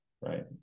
right